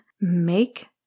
make